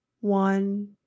One